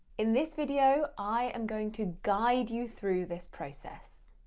in this video, i am going to guide you through this process.